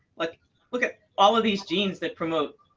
like look at all of these genes that promote